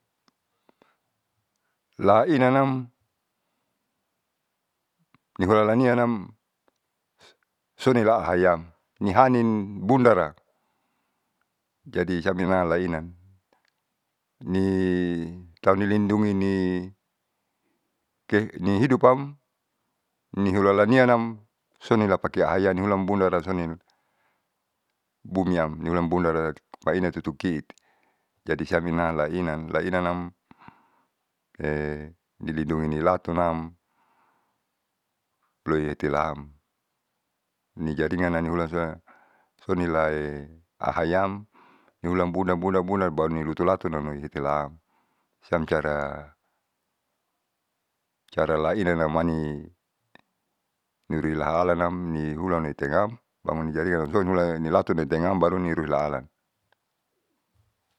Lainanam niholalanianam sonilahayan nihaninbundara. Jadi jaminan la ina ni tau ni lindungi ni ke hidupam nihulalaniam sonilapakeahyan dong bilang bundaran soni bumiam niulan bundaram mainana tutukiiti. Jadi siam ina laina lainanam di lindungi nilatunam loitila'am nijaringan naniulasua sonila ahayam bundar bundar bundar baru nilotu latunamai litelaam siam cara, cara lainanamani niruhi halanam nuhulam loitengam banguni jaringan soinula nilatu deng tengam baruni ruilaalan.